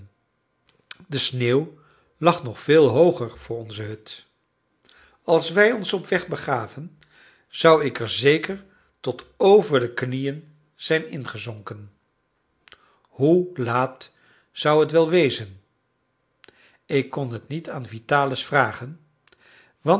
de sneeuw lag nog veel hooger voor onze hut als wij ons op weg begaven zou ik er zeker tot over de knieën zijn ingezonken hoe laat zou het wel wezen ik kon het niet aan vitalis vragen want